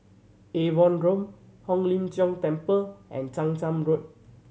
Avon Road Hong Lim Jiong Temple and Chang Charn Road